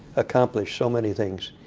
accomplish so many things.